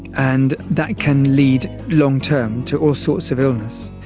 and that can lead long-term to all sorts of illness.